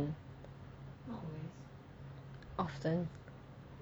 often